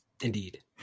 Indeed